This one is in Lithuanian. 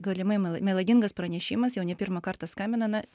galimai mela melagingas pranešimas jau ne pirmą kartą skambina na